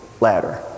ladder